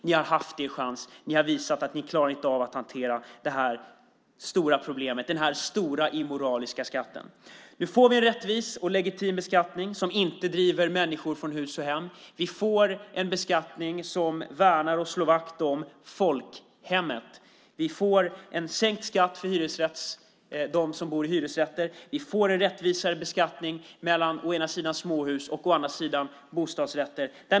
Ni har haft er chans. Ni har visat att ni inte klarar av att hantera det här stora problemet, den stora omoraliska skatten. Nu får vi en rättvis och legitim beskattning som inte driver människor från hus och hem. Vi får en beskattning som gör att man värnar och slår vakt om folkhemmet. Vi får en sänkt skatt för dem som bor i hyresrätter. Vi får en rättvisare beskattning mellan å ena sidan småhus och å andra sidan bostadsrätter.